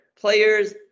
players